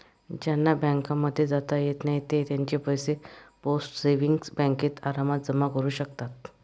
ज्यांना बँकांमध्ये जाता येत नाही ते त्यांचे पैसे पोस्ट सेविंग्स बँकेत आरामात जमा करू शकतात